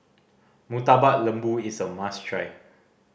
Murtabak Lembu is a must try